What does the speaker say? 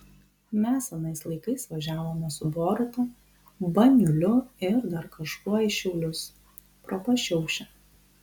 mes anais laikais važiavome su boruta baniuliu ir dar kažkuo į šiaulius pro pašiaušę